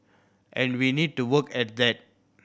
and we need to work at that